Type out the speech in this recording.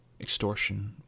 extortion